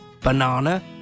banana